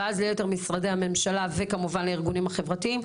ואז ליתר משרדי הממשלה ולארגונים החברתיים?